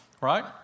right